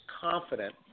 confident